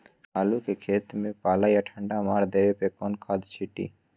आलू के खेत में पल्ला या ठंडा मार देवे पर कौन खाद छींटी?